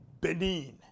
Benin